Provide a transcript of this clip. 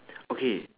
okay